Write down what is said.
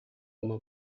uma